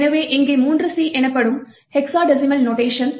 எனவே இங்கே 3 C என்பது ஹெக்சாடெசிமல் நோடேஷன்